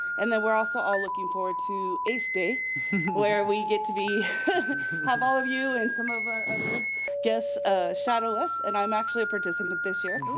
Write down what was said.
and then we're also all looking forward to ace day where we get to be have all of you and some of our other guests shadow us and i'm actually a participant this year,